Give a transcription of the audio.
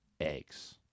Eggs